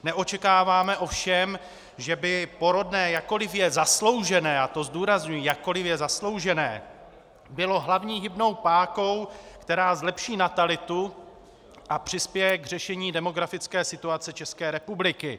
Neočekáváme ovšem, že by porodné, jakkoli je zasloužené a to zdůrazňuji, jakkoli je zasloužené , bylo hlavní hybnou pákou, která zlepší natalitu a přispěje k řešení demografické situace České republiky.